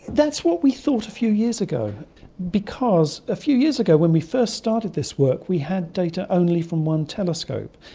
that's what we thought a few years ago because a few years ago when we first started this work we had data only from one telescope,